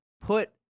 put